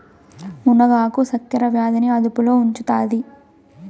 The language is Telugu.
మునగ ఆకు చక్కర వ్యాధి ని అదుపులో ఉంచుతాది